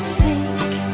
sake